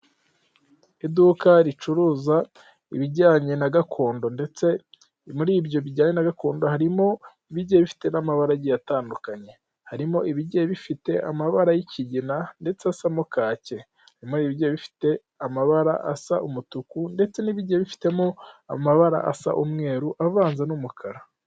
Iduka ricuruza ibijyanye na gakondo ndetse muri ibyo bijyanye na gakondo harimo ibigiye bifite n'amabara agiye atandukanye, harimo ibigiye bifite amabara y'ikigina ndetse asamo kake, harimo ibigiye bifite amabara asa umutuku ndetse n'ibigiye bifitemo amabara asa umweru avanze n'umukara.